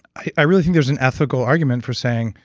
i really think there's an ethical argument for saying,